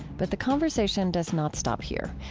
but the conversation does not stop here.